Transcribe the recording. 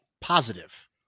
positive